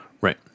right